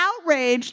outraged